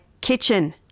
kitchen